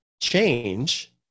change